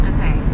Okay